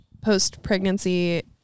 post-pregnancy